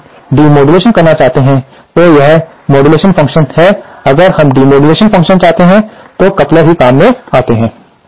यदि हम डिमॉड्यूलेशन करना चाहते हैं तो यह मॉड्यूलेशन फ़ंक्शन है अगर हम डीमॉड्यूलेशन फ़ंक्शन चाहते हैं तो कपलर ही काम में आते हैं